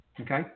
Okay